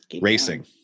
racing